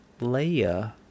Leia